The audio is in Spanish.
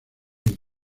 lee